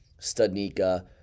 Studnika